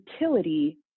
utility